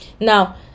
Now